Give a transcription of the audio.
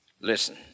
Listen